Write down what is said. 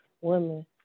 women